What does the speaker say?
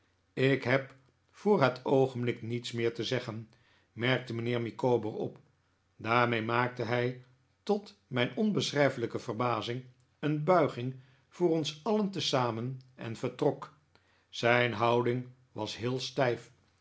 ik heb voor het oogenblik niets meer te zeggen merkte mijnheer micawber op daarmee maakte hij tot mijn onbeschrijfelijke verbazing een bulging voor ons alien tezamen en vertrok zijn houding was heel stijf